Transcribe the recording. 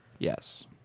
Yes